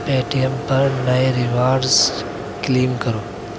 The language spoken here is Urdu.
پے ٹی ایم پر نئے ریوارڈز کلیم کرو